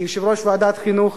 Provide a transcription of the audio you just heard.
כיושב-ראש ועדת החינוך,